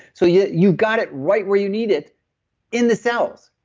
so yeah you got it right where you need it in the cells,